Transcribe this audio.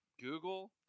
Google